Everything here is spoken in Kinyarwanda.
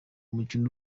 mukino